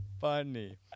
Funny